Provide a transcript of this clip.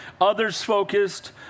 others-focused